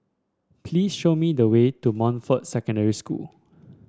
please show me the way to Montfort Secondary School